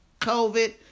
COVID